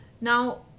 Now